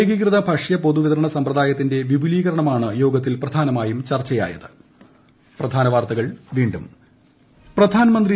ഏകീകൃത ഭക്ഷ്യ പൊതുവിതരണ സമ്പ്രദായത്തിന്റെ വിപുലീകരണമാണ് യോഗത്തിൽ പ്രധാനമായും ചർച്ചയായത്